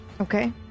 Okay